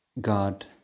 god